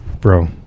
Bro